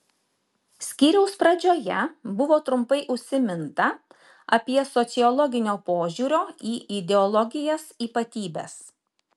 skyriaus pradžioje buvo trumpai užsiminta apie sociologinio požiūrio į ideologijas ypatybes